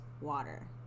water